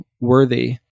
worthy